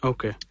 Okay